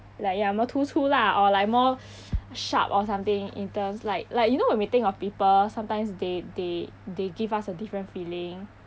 like ya more 突出 lah or like more sharp or something in terms like like you know when we think of people sometimes they they they give us a different feeling